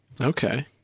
Okay